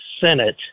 Senate